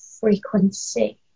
frequency